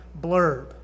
blurb